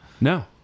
No